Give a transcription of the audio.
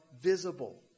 visible